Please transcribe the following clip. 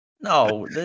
No